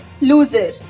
loser